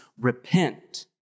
repent